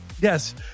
yes